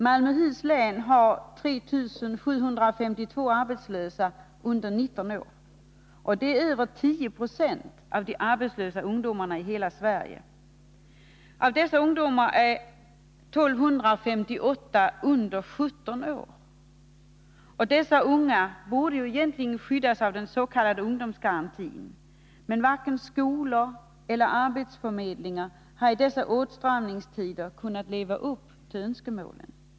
Malmöhus län har 3 752 arbetslösa under 19 år, och det är över 10 96 av de arbetslösa ungdomarna i hela Sverige. Av dessa ungdomar är 1258 under 17 år. Dessa unga borde egentligen skyddas av den s.k. ungdomsgarantin. Men varken skolor eller arbetsförmedlingar har i dessa åtstramningstider kunnat leva upp till önskemålen.